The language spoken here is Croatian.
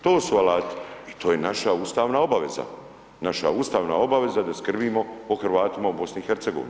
To su alati i to je naša ustavna obaveza, naša ustavna obaveza da skrbimo o Hrvatima u BiH.